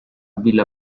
villa